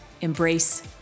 embrace